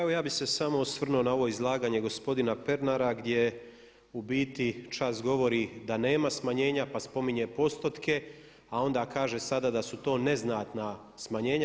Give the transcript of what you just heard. Evo ja bih se samo osvrnuo na ovo izlaganje gospodina Pernara gdje u biti čak govori da nema smanjenja pa spominje postotke a onda kaže sada da su to neznatna smanjenja.